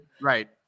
right